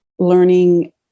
learning